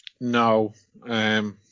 No